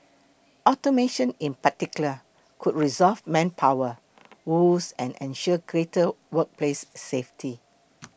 automation in particular could resolve manpower woes and ensure greater workplace safety